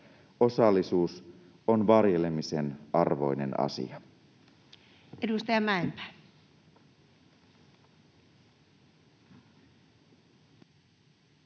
Osallisuus on varjelemisen arvoinen asia.